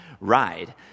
ride